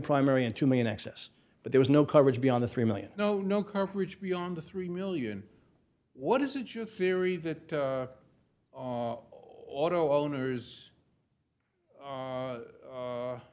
primary and two million excess but there was no coverage be on the three million no no coverage beyond the three million what is it your theory that auto owners